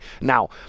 now